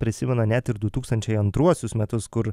prisimena net ir du tūkstančiai antruosius metus kur